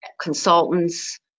consultants